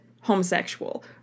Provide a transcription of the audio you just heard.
homosexual